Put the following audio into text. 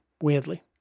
weirdly